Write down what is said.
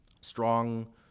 strong